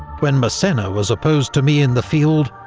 when massena was opposed to me in the field,